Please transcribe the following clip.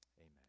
Amen